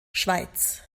schweiz